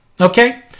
Okay